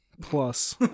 plus